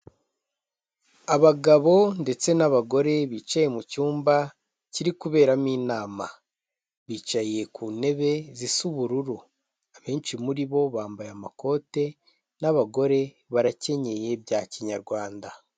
Abagabo ndetse n'abagore bicaye mu cyumba kiri kuberamo inama, bicaye ku ntebe zisa ubururu, abenshi muri bo bambaye amakote n'abagore barakenyeye bya kinyarwanda.